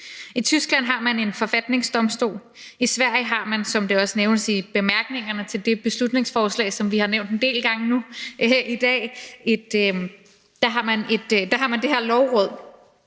I Tyskland har man en forfatningsdomstol, og i Sverige har man, som det også nævnes i bemærkningerne til det beslutningsforslag, som vi har nævnt en del gange nu i dag, det her lovråd.